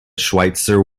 schweitzer